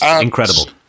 incredible